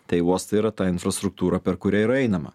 tai uostai yra ta infrastruktūra per kurią yra einama